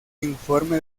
informe